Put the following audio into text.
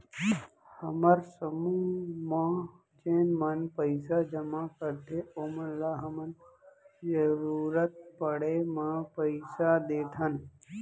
हमर समूह म जेन मन पइसा जमा करथे ओमन ल हमन जरूरत पड़े म पइसा देथन